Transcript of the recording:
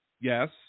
Yes